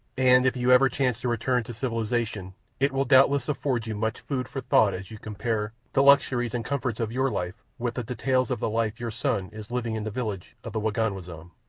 and if you ever chance to return to civilization it will doubtless afford you much food for thought as you compare the luxuries and comforts of your life with the details of the life your son is living in the village of the waganwazam.